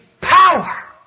power